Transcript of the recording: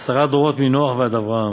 עשרה דורות מנח ועד אברהם,